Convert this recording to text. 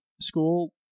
school